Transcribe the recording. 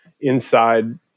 inside